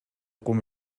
кум